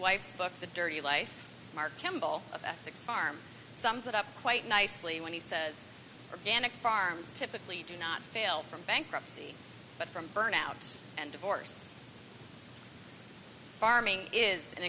wife's book the dirty life mark campbell of essex farm sums it up quite nicely when he says danica farms typically do not fail from bankruptcy but from burnout and divorce farming is an